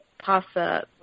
pasta